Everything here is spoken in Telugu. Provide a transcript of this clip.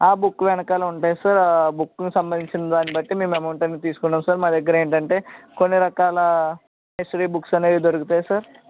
ఆ బుక్ వెనకాల ఉంటాయి సార్ ఆ బుక్కు సంబంధించిన దాన్ని బట్టి మేము అమౌంట్ అనేది తీసుకుంటాం సార్ మా దగ్గర ఏంటంటే కొన్ని రకాల హిస్టరీ బుక్స్ అనేవి దొరుకుతాయి సార్